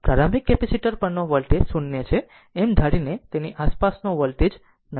પ્રારંભિક capacitor voltage 0 છે એમ ધારીને તેની આસપાસનું વોલ્ટેજ નક્કી કરવું પડશે